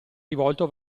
rivolto